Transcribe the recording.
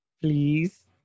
Please